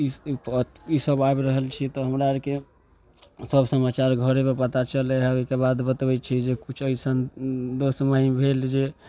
ईसब आबि रहल छिए तऽ हमरा आरके सब समाचार घरेपर पता चलै हइ ओहिके बाद बतबै छी जे किछु अइसन दोस्त महिम भेल जे